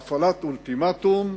בהפעלת אולטימטום,